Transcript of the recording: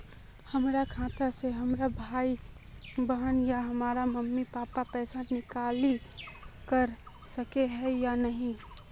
हमरा खाता से हमर भाई बहन या हमर मम्मी पापा पैसा निकासी कर सके है या नहीं?